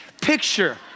picture